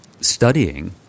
studying